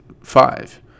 five